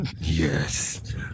Yes